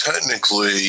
technically